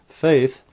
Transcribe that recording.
faith